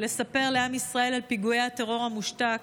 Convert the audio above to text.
לספר לעם ישראל על פיגועי הטרור המושתקים.